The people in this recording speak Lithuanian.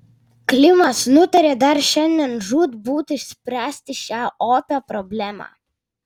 klimas nutarė dar šiandien žūtbūt išspręsti šią opią problemą